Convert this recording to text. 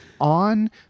on